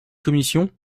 commission